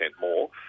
more